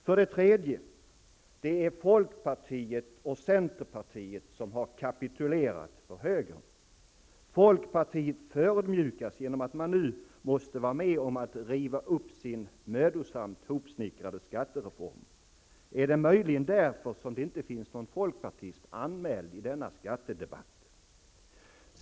För det tredje: Det är folkpartiet och centerpartiet som har kapitulerat för högern. Folkpartiet förödmjukas genom att man nu måste vara med om att riva upp sin mödosamt hopsnickrade skattereform. Är det möjligen därför som det inte finns någon folkpartist anmäld till skattedebatten?